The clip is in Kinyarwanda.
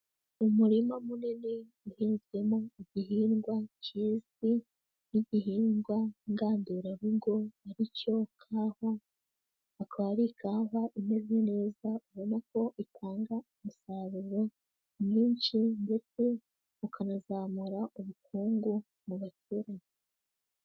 Umurima munini uhinzwemo igihingwa kizwi nk'igihingwa ngandurarugo ari cyo kawa, akaba ari ikawa imeze neza ubona ko itanga umusaruro mwinshi, ndetse ukanazamura ubukungu mu baturage.